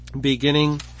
beginning